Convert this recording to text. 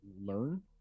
Learn